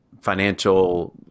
financial